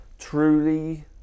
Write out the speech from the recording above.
truly